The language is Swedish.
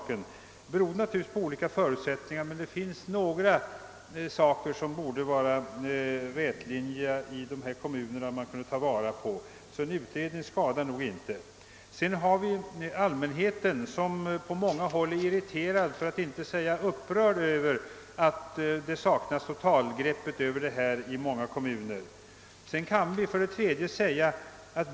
Det beror naturligtvis på att de utgår från olika förutsättningar. Men i några avseenden borde man kunna finna en rätlinjig lösning. En utredning skadar nog inte. Allmän heten är på många håll irriterad för att inte säga upprörd över att det i många kommuner saknas ett totalgrepp på detta område.